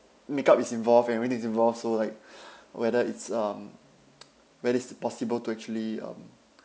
makeup is involved and everything is involved so like whether it's um whether it's possible to actually um